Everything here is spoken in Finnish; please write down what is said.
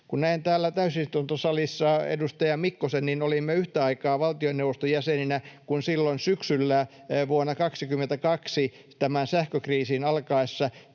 Kun näen täällä täysistuntosalissa edustaja Mikkosen, niin olimme yhtä aikaa valtioneuvoston jäseninä, kun silloin syksyllä vuonna 22 sähkökriisin alkaessa